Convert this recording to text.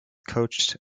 coached